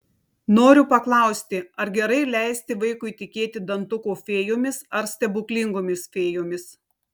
noriu paklausti ar gerai leisti vaikui tikėti dantukų fėjomis ar stebuklingomis fėjomis